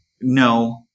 No